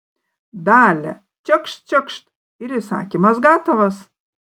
dalia čekšt čekšt ir įsakymas gatavas